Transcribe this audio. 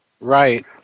Right